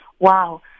Wow